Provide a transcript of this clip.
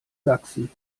sachsen